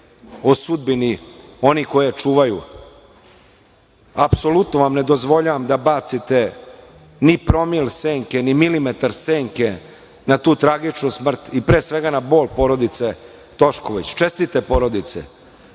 o sudbini onih koji je čuvaju? Apsolutno vam ne dozvoljavam da bacite ni promil senke, ni milimetar senke na tu tragičnu smrt i pre svega na bol porodice Tošković, čestite porodice,